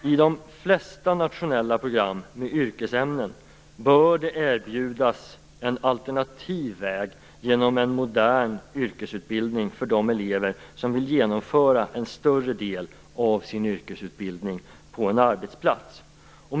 I de flesta nationella program med yrkesämnen bör det erbjudas en alternativ väg genom en modern yrkesutbildning för de elever som vill genomföra en större del av sin yrkesutbildning på en arbetsplats.